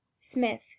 Smith